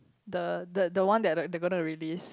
the the the one that they're gonna release